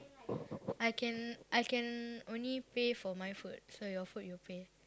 I can I can only pay for my food so your food you pay